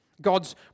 God's